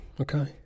okay